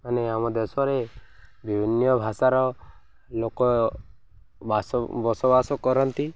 ମାନେ ଆମ ଦେଶରେ ବିଭିନ୍ନ ଭାଷାର ଲୋକ ବାସ ବସବାସ କରନ୍ତି